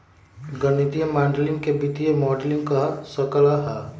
गणितीय माडलिंग के वित्तीय मॉडलिंग कह सक ल ह